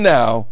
now